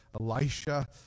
Elisha